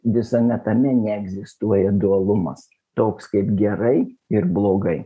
visame tame neegzistuoja dualumas toks kaip gerai ir blogai